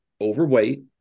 overweight